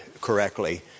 correctly